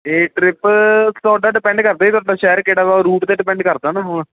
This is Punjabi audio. ਏ ਟਰਿਪ ਤੁਹਾਡਾ ਡਿਪੈਂਡ ਕਰਦਾ ਜੀ ਤੁਹਾਡਾ ਸ਼ਹਿਰ ਕਿਹੜਾ ਵਾ ਰੂਟ 'ਤੇ ਡਿਪੈਂਡ ਕਰਦਾ ਨਾ ਉਹ